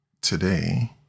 today